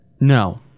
No